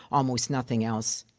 almost nothing else.